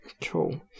Cool